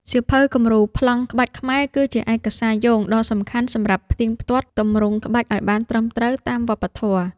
សៀវភៅគំរូប្លង់ក្បាច់ខ្មែរ គឺជាឯកសារយោងដ៏សំខាន់សម្រាប់ផ្ទៀងផ្ទាត់ទម្រង់ក្បាច់ឱ្យបានត្រឹមត្រូវតាមវប្បធម៌។